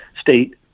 state